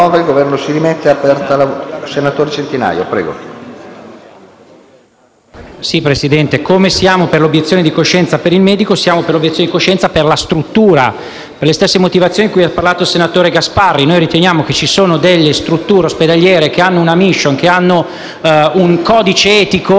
Presidente, come siamo per l'obiezione di coscienza per il medico, siamo per l'obiezione di coscienza per la struttura, per le stesse motivazioni menzionate dal senatore Gasparri. Noi riteniamo che ci siano delle strutture ospedaliere che hanno una *mission* e un codice etico; di conseguenza, non si può pensare di stravolgere quelle strutture ospedaliere. Visto che c'è una pluralità